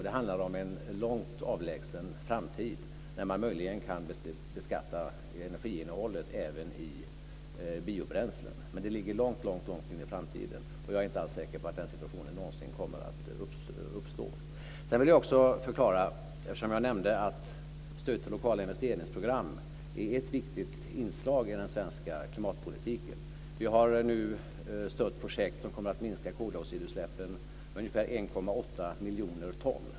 Det handlar om en långt avlägsen framtid, när man möjligen kan beskatta energiinnehållet även i biobränslen. Men det ligger mycket långt in i framtiden. Jag är inte alls säker på att den situationen någonsin kommer att uppstå. Jag vill också ge en förklaring, eftersom jag nämnde att stöd till lokala investeringsprogram är ett viktigt inslag i den svenska klimatpolitiken. Vi har nu stött projekt som kommer att minska koldioxidutsläppen med ungefär 1,8 miljoner ton.